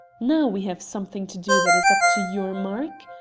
now we have something to do that is up to your mark.